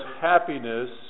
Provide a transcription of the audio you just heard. happiness